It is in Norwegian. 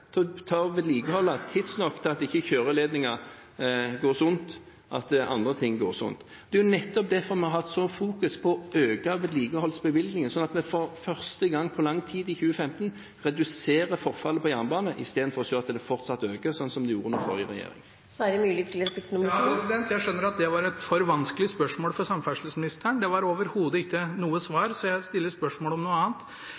til å vedlikeholde tidsnok til at ikke kjøreledninger går sund, at andre ting går sund. Det er nettopp derfor vi har fokusert sånn på å øke bevilgningene til vedlikehold, slik at vi i 2015 for første gang på lang tid reduserer forfallet på jernbane, istedenfor å se at det fortsatt øker, sånn som det gjorde under den forrige regjeringen. Jeg skjønner at det var et for vanskelig spørsmål for samferdselsministeren. Det var overhodet ikke noe